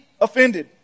offended